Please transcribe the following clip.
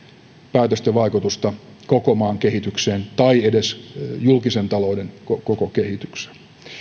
päätösten vaikutusta koko maan kehitykseen tai edes julkisen talouden koko kehitykseen